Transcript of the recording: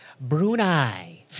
Brunei